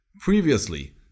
Previously